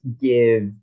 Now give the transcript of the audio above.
give